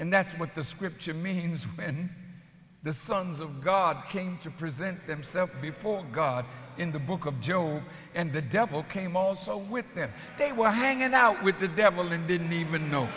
and that's what the scripture means when the sons of god came to present themselves before god in the book of job and the devil came oso with them they were hanging out with the devil and didn't even know